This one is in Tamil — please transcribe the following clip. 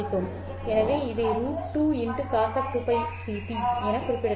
எனவே இதை √2 cos 2πfct என குறிப்பிடலாம்